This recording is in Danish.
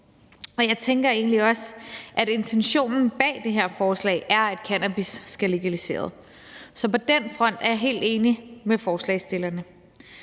Jeg tænker egentlig også, at intentionen bag det her forslag er, at cannabis skal legaliseres, så på den front er jeg helt enig med forslagsstillerne.